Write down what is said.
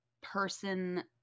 person